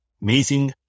Amazing